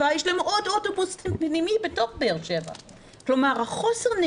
יש להם עוד אוטובוס פנימי בתוך באר שבע.